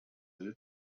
will